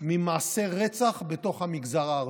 ממעשי רצח בתוך המגזר הערבי.